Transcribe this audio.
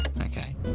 Okay